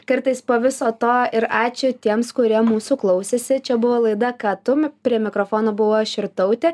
kartais po viso to ir ačiū tiems kurie mūsų klausėsi čia buvo laida ką tum prie mikrofono buvau aš irtautė